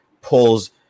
pulls